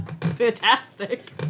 fantastic